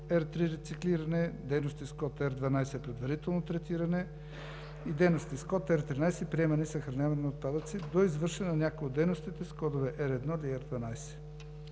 – рециклиране, дейности с код R12 – предварително третиране и дейности с код R13 – приемане и съхраняване на отпадъци до извършване на някоя от дейностите с кодове R1 и R12.